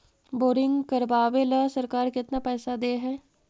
Boring करबाबे ल सरकार केतना पैसा दे है?